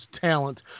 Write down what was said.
talent